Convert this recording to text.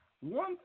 one